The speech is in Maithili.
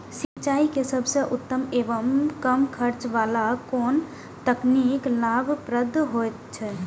सिंचाई के सबसे उत्तम एवं कम खर्च वाला कोन तकनीक लाभप्रद होयत छै?